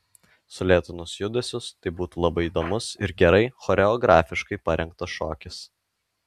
sulėtinus judesius tai būtų labai įdomus ir gerai choreografiškai parengtas šokis